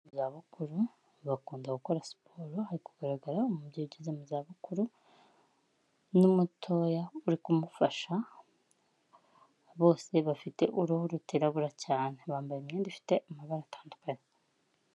Zabukuru bakunda gukora siporo, hari kugaragara umubyeyi u ugeze mu za bukuru, n'umutoya uri kumufasha bose bafite uruhu rutirabura cyane. Bambaye imyenda ifite amabara atandukanye.